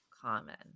common